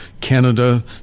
Canada